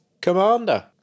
commander